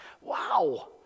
wow